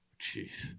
Jeez